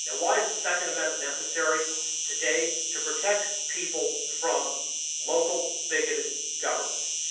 and why is the second amendment necessary today? to protect people from local, bigoted governments.